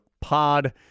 pod